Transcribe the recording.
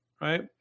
Right